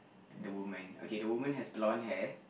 the woman okay the woman has blonde hair